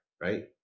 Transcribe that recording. right